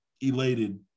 elated